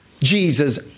Jesus